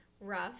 rough